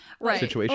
Right